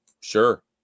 Sure